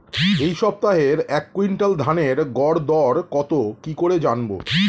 এই সপ্তাহের এক কুইন্টাল ধানের গর দর কত কি করে জানবো?